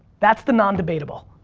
that's the non-debatable.